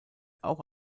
auch